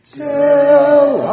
till